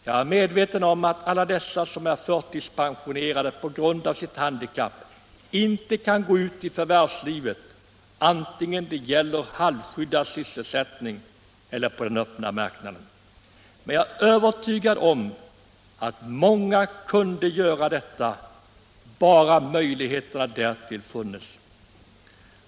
Jag är medveten om att många av de förtidspensionerade på grund av sitt handikapp inte kan gå ut i förvärvslivet vare sig i halvskyddad sysselsättning eller på den öppna marknaden, men jag är övertygad om att många kunde göra detta, bara möjligheterna därtill funnes.